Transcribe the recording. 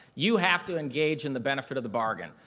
you have to engage in the benefit of the bargain.